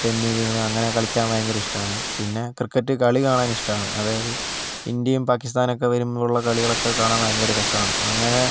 തെന്നി വീണ് അങ്ങനെ കളിയ്ക്കാൻ ഭയങ്കര ഇഷ്ടമാണ് പിന്നെ ക്രിക്കറ്റ് കളി കാണാൻ ഇഷ്ടമാണ് അതായത് ഇന്ത്യയും പാകിസ്ഥാനും ഒക്കെ വരുമ്പോൾ ഉള്ള കളികളൊക്കെ കാണാൻ ഭയങ്കര രസമാണ് അങ്ങനെ